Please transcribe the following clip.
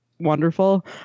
wonderful